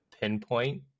pinpoint